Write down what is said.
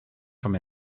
from